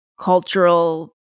cultural